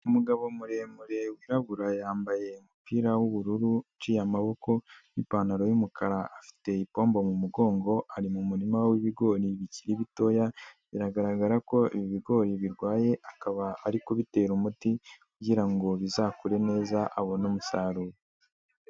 Umugabo muremure wirabura yambaye umupira wubururu uciye amaboko, n'ipantaro y'umukara, afite ipombo mu mugongo ari mu murima w'ibigori bikiri bitoya biragaragara ko ibigori birwaye, akaba ari kubitera umuti kugirango bizakure neza abone umusaruro.